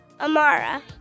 Amara